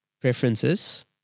preferences